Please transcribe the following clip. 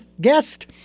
guest